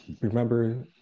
Remember